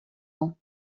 ans